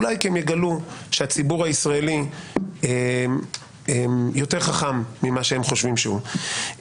אולי כי הם יגלו שהציבור הישראלי יותר חכם ממה שהם חושבים שהוא.